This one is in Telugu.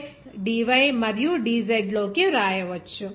కాబట్టి మనం ఇక్కడ rho ను dx dy మరియు dz లోకి వ్రాయవచ్చు